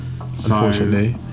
Unfortunately